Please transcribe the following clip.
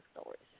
stories